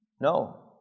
No